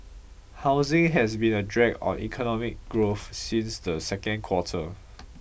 housing has been a drag on economic growth since the second quarter